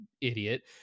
idiot